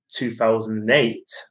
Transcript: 2008